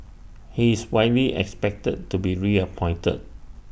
he is widely expected to be reappointed